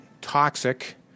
toxic